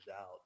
out